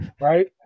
Right